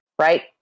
right